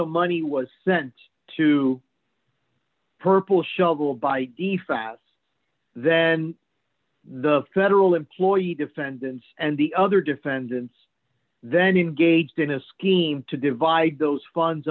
the money was sent to purple shaba by the fast then the federal employee defendants and the other defendants then engaged in a scheme to divide those funds